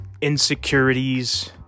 insecurities